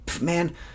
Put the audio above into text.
Man